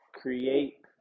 create